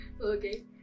Okay